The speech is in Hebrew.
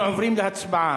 אנחנו עוברים להצבעה.